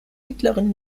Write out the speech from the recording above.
mittleren